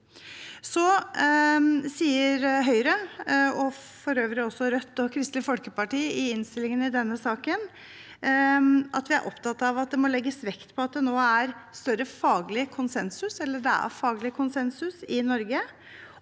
metoder. Høyre, og for øvrig også Rødt og Kristelig Folkeparti, sier i innstillingen til denne saken at vi er opptatt av at det må legges vekt på at det nå er faglig konsensus i Norge